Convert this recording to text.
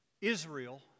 Israel